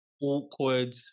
awkward